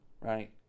right